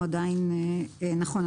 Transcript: נכון.